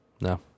No